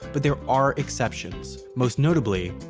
but there are exceptions most notably,